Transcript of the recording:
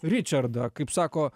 ričardą kaip sako